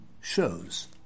shows